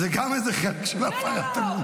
זה איזה חלק של הפרת אמונים.